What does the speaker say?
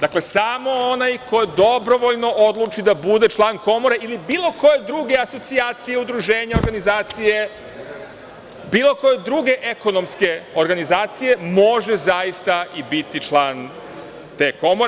Dakle, samo onaj koji dobrovoljno odluči da bude član Komore ili bilo koje druge asocijacije udruženja organizacije, bilo koje druge ekonomske organizacije može zaista i biti član te Komore.